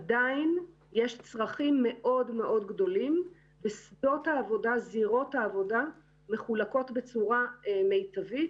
עדיין יש צרכים מאוד מאוד גדולים וזירות העבודה מחולקות בצורה מיטבית,